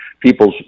people's